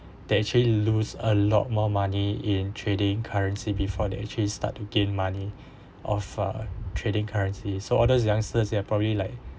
they actually lose a lot more money in trading currency before they actually start to gain money of uh trading currency so all those youngsters they are probably like